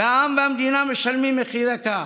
והעם והמדינה משלמים מחיר יקר.